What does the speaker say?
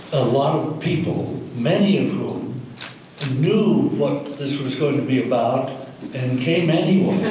lot of people, many of whom knew what this was going to be about and came anyway.